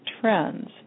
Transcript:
trends